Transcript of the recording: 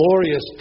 glorious